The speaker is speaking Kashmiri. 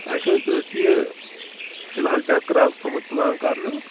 اَسہِ حظ اوس یہِ فلحال چکرا اَکھ تھوٚومُت پُلان کَرنُک